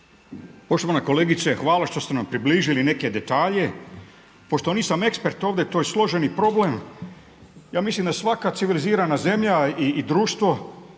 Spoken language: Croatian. Poštovana kolegice, hvala vam što ste nam približili neke detalje. Pošto nisam ekspert ovdje to je složeni problem. Ja mislim da svaka civilizirana zemlja i društvo